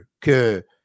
que